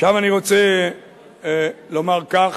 עכשיו אני רוצה לומר כך,